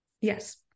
yes